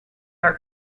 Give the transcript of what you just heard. are